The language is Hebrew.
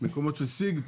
מקומות של סיגד,